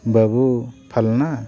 ᱵᱟᱹᱵᱩ ᱯᱷᱟᱞᱱᱟ